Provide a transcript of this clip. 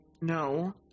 no